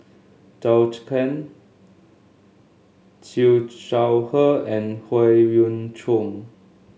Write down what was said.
Zhou Can Siew Shaw Her and Howe Yoon Chong